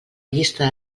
llista